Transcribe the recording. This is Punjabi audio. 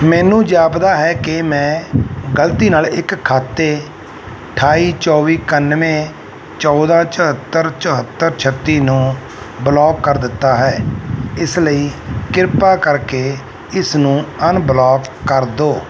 ਮੈਨੂੰ ਜਾਪਦਾ ਹੈ ਕਿ ਮੈਂ ਗਲਤੀ ਨਾਲ ਇੱਕ ਖਾਤੇ ਅਠਾਈ ਚੌਵੀ ਇਕਾਨਵੇਂ ਚੌਦਾਂ ਚੁਹੱਤਰ ਚੁਹੱਤਰ ਛੱਤੀ ਨੂੰ ਬਲੌਕ ਕਰ ਦਿੱਤਾ ਹੈ ਇਸ ਲਈ ਕਿਰਪਾ ਕਰਕੇ ਇਸਨੂੰ ਅਨਬਲੌਕ ਕਰ ਦਿਓ